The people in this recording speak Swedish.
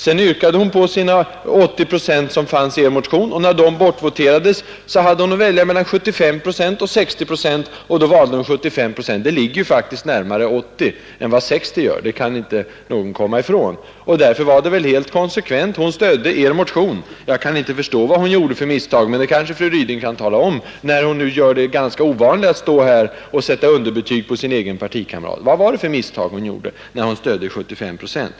Sedan yrkade hon på de 80 procent som fanns i er motion, och när det förslaget hade röstats bort, hade hon att välja mellan 75 procent och 60 procent. Då valde hon 75 procent, och det ligger faktiskt närmare 80 än vad 60 gör. Det kan ingen komma ifrån. Därför var det helt konsekvent. Hon stödde er motion, och jag kan inte förstå vad hon gjorde för misstag, men det kanske fru Ryding kan tala om, när hon nu har gjort det ganska ovanliga att stå här och sätta underbetyg på sin egen partikamrat. Vad var det för misstag hon gjorde när hon stödde förslaget om 75 procent?